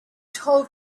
told